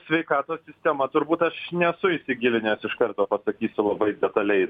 sveikatos sistema turbūt aš nesu įsigilinęs iš karto pasakysiu labai detaliai